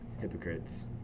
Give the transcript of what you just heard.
Hypocrites